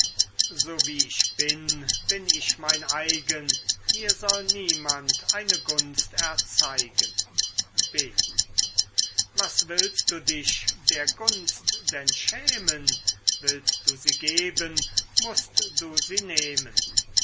so wie ich bin bin ich mein eigen mir soll niemand eine gunst erzeigen b was willst du dich der gunst denn schämen willst du sie geben mußt du sie nehmen